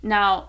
Now